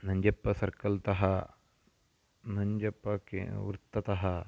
नञ्जप्पसर्कल्तः नञ्जप्प केन वृत्ततः